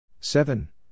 Seven